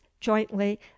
jointly